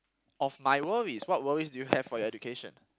of my worries what worries do you have for your education